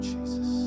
Jesus